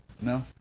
No